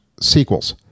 sequels